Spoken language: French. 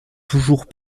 toujours